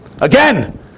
Again